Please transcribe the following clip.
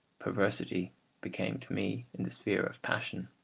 perversity became to me in the sphere of passion.